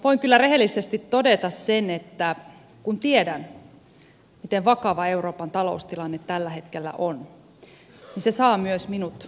voin kyllä rehellisesti todeta sen että kun tiedän miten vakava euroopan taloustilanne tällä hetkellä on niin se saa myös minut tuntemaan tuskaa